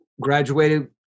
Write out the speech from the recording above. graduated